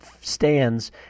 stands